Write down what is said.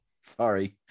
sorry